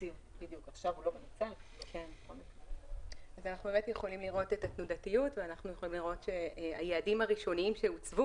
אז אנחנו באמת יכולים לראות את התנודתיות ושהיעדים הראשונים שהוצבו